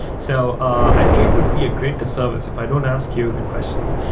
so i think it would be a great disservice if i don't ask you the question.